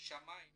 שמאים